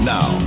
Now